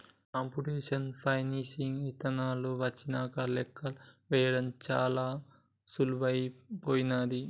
computational financing ఇదానాలు వచ్చినంక లెక్కలు వేయడం చానా సులభమైపోనాది